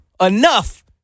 enough